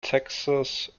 texas